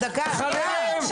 חברים.